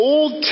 Old